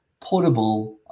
portable